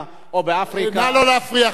נא לא להפריע, חבר הכנסת טיבייב.